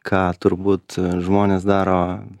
ką turbūt žmonės daro